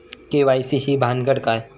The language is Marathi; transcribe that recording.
के.वाय.सी ही भानगड काय?